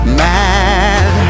mad